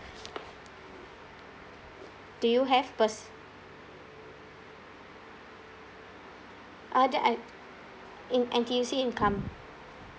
do you have pers~ uh that I have in N_T_U_C income